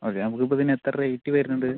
okay നമുക്കിപ്പോൾ ഇതിന് എത്ര റേയ്റ്റ് വരുന്നുണ്ട്